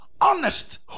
honest